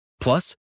Plus